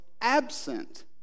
absent